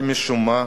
אבל משום מה,